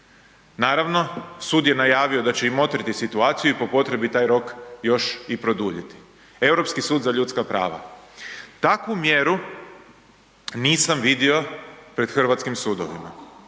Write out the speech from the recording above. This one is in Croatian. Naravno, sud je najavio da će i motriti situaciju i po potrebi taj rok još i produljiti, Europski sud za ljudska prava. Takvu mjeru nisam vidio pred hrvatskim sudovima.